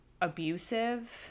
abusive